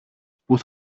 που